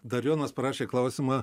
dar jonas parašė klausimą